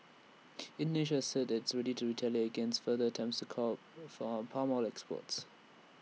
Indonesia has said it's ready to retaliate against further attempts to curb for palm oil exports